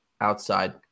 outside